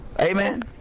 Amen